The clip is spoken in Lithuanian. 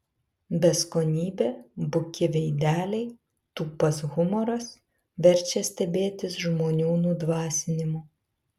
beskonybė buki veideliai tūpas humoras verčia stebėtis žmonių nudvasinimu